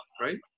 right